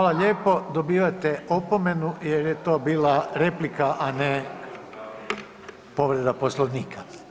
Hvala lijepo, dobivate opomenu jer je to bila replika, a ne povreda Poslovnika.